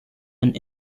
and